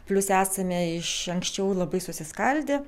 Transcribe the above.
plius esame iš anksčiau labai susiskaldę